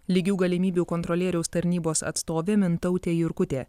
lygių galimybių kontrolieriaus tarnybos atstovė mintautė jurkutė